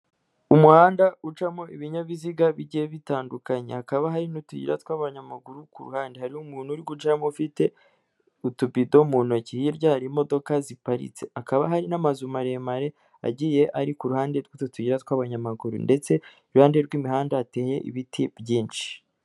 Umuhanda ucamo ibinyabiziga bigiye bitandukanye, hakaba hari n'utuyira tw'abanyamaguru ku ruhande hariho umuntu uri gucamo ufite utubido mu ntoki hirya hari imodoka ziparitse, akaba hari n'amazu maremare agiye ari ku ruhande rw'utu tuyira tw'abanyamaguru ndetse iruhande rw'imihanda hateye ibiti byinshi.